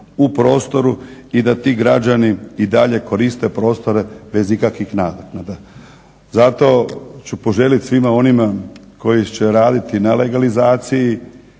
u prostoru i da ti građani i dalje koriste prostore bez ikakvih naknada. Zato ću poželit svima onima koji će radit na legalizaciji